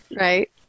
right